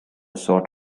sort